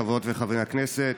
חברות וחברי הכנסת,